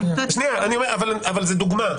אני נותנת --- אבל זאת דוגמה,